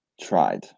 tried